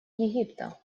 египта